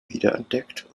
wiederentdeckt